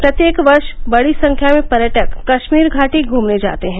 प्रत्येक वर्ष बड़ी संख्या में पर्यटक कश्मीर घाटी घूमने जाते हैं